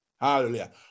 Hallelujah